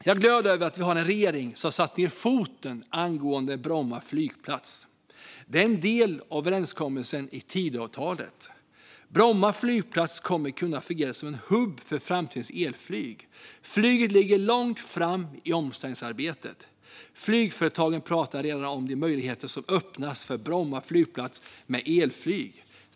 Jag är glad över att vi har en regering som har satt ned foten angående Bromma flygplats. Det är en del av överenskommelsen i Tidöavtalet. Bromma flygplats kommer att kunna fungera som en hubb för framtidens elflyg. Flyget ligger långt fram i omställningsarbetet. Flygföretagen pratar redan om de möjligheter som öppnas för Bromma flygplats med elflyg.